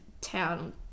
Town